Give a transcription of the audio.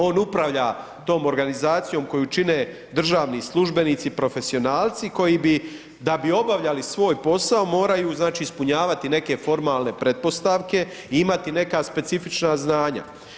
On upravlja tom organizacijom koju čine državni službenici profesionalci koji bi, da bi obavljali svoj posao, moraju znači ispunjavati neke formalne pretpostavke i imati neka specifična znanja.